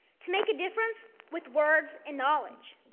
to make a difference with words and knowledge.